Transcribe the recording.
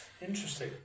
Interesting